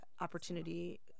opportunity